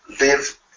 live